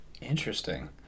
Interesting